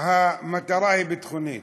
שהמטרה היא ביטחונית.